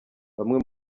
bamwe